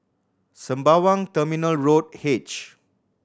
Sembawang Terminal Road H